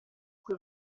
cui